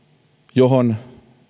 johon